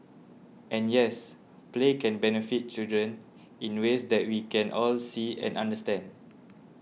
and yes play can benefit children in ways that we can all see and understand